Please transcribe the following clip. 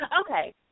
Okay